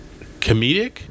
comedic